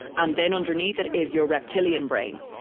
and then underneath that is your reptilian brain.